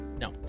No